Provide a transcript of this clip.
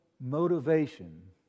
motivation